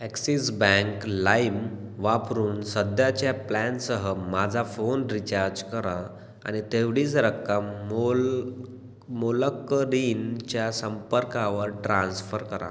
axis Bank lime वापरून सध्याच्या प्लॅनसह माझा फोन रिचार्ज करा आणि तेवढीच रक्कम मोल मोलकरीणच्या संपर्कावर ट्रान्स्फर करा